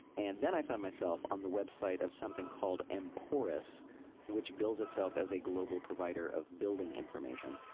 and then i found myself on the website of something called emporest which bills itself as a global provider of building information.